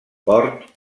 port